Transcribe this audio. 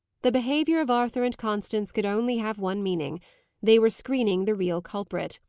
the behaviour of arthur and constance could only have one meaning they were screening the real culprit.